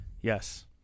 Yes